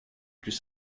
plus